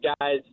guys